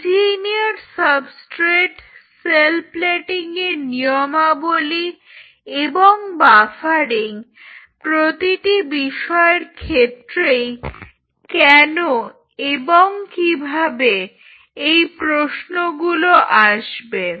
engineered substrate cell plating এর নিয়মাবলী এবং বাফারিং প্রতিটি বিষয়ের ক্ষেত্রেই কেন এবং কিভাবে এই প্রশ্নগুলো আসবে